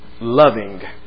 Loving